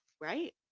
right